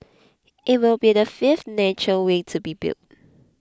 it will be the fifth nature way to be built